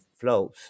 flows